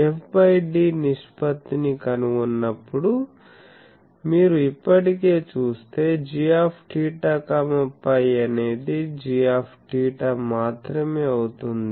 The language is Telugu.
f d నిష్పత్తిని కనుగొన్నప్పుడు మీరు ఇప్పటికే చూస్తే gθ φ అనేది gθ మాత్రమే అవుతుంది